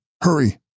hurry